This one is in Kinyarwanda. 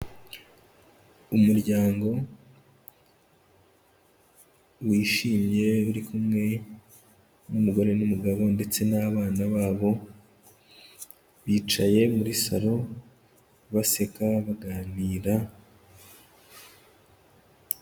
Umuryango wishimye uri kumwe n'umugore n'umugabo ndetse n'abana babo bicaye muri salo baseka baganira,